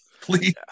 please